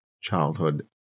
childhood